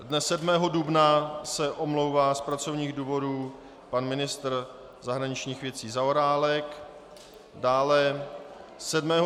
Dne 7. dubna se omlouvá z pracovních důvodů pan ministr zahraničních věcí Zaorálek, dále 7.